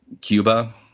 Cuba